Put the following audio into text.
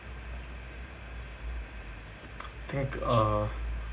think uh